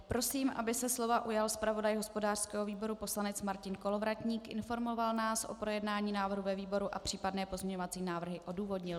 Prosím, aby se slova ujal zpravodaj hospodářského výboru poslanec Martin Kolovratník, informoval nás o projednání návrhu ve výboru a případné pozměňovací návrhy odůvodnil.